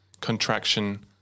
contraction